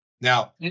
Now